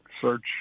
search